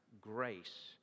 grace